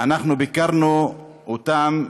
אנחנו ביקרנו אותם,